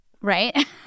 Right